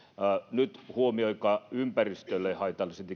nyt huomioikaa ympäristölle haitalliset